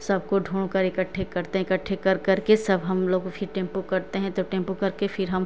सबको ढूंढकर इकठ्ठे करते हैं इकठ्ठे कर कर के सब हम लोग फिर टेम्पू करते हैं तो टेम्पू करके फिर हम